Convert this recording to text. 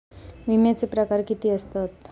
विमाचे प्रकार किती असतत?